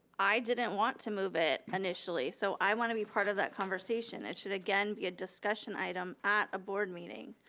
i didn't want to move it initially, so i want to be part of that conversation. it should again be a discussion item at a board meeting.